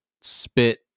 spit